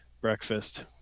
breakfast